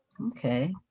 Okay